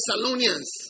Thessalonians